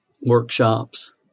workshops